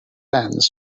ends